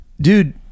Dude